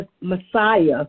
Messiah